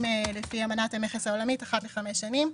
לפי אמנת המכס העולמית אחת לחמש שנים.